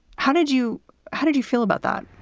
how did you how did you feel about that?